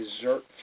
dessert